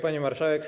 Pani Marszałek!